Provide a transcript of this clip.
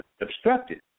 obstructed